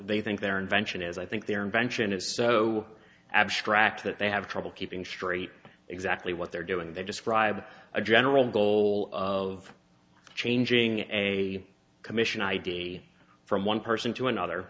they think their invention is i think their invention is so abstract that they have trouble keeping straight exactly what they're doing they describe a general goal of changing a commission ideally from one person to another